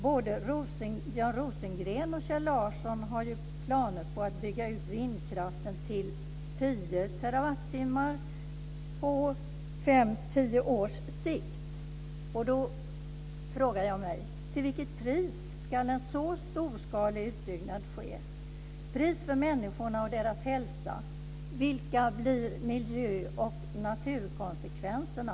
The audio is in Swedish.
Både Björn Rosengren och Kjell Larsson har ju planer på att bygga ut vindkraften till 10 terawattimmar på 5-10 Då frågar jag mig: Till vilket pris för människorna och deras hälsa ska en så storskalig utbyggnad ske? Vilka blir miljö och naturkonsekvenserna?